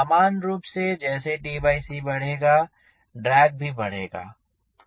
समान रूप से जैसे tc बढ़ेगा ड्रैग भी बढ़ेगा